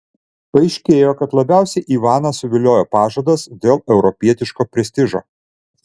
paaiškėjo kad labiausiai ivaną suviliojo pažadas dėl europietiško prestižo